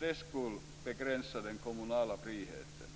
den skull begränsa den kommunala friheten.